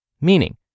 meaning